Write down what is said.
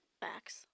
Facts